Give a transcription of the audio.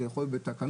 יכול להיות בתקנות.